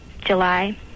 july